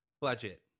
Budget